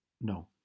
No